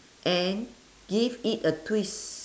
and give it a twist